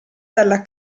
dalla